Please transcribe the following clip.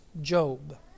Job